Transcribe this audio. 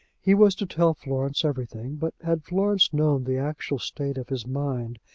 he was to tell florence everything, but had florence known the actual state of his mind,